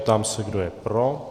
Ptám se, kdo je pro.